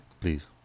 please